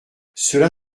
cela